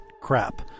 crap